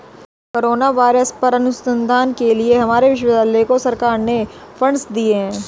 corona virus पर अनुसंधान के लिए हमारे विश्वविद्यालय को सरकार ने फंडस दिए हैं